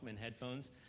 headphones